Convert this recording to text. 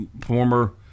former